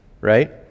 right